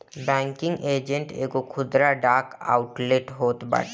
banking agent एगो खुदरा डाक आउटलेट होत बाटे